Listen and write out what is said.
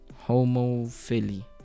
homophily